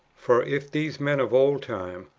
for if these men of old time,